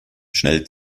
schnell